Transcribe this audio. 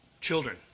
Children